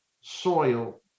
soil